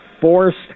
Forced